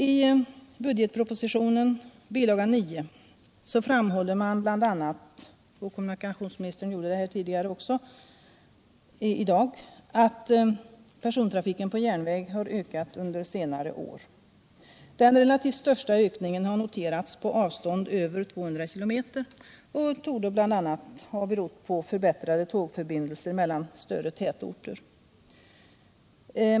I budgetpropositionen, bil. 9, framhåller man bl.a. — kommunikationsministern gjorde det också tidigare här i dag — att persontrafiken på järnväg har ökat under senare år. Den relativt största ökningen har noterats på avstånd över 200 km och torde bl.a. ha berott på förbättrade tågförbindelser mellan större tätorter.